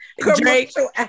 commercial